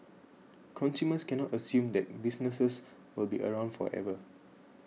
consumers cannot assume that businesses will be around forever